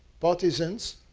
partisans,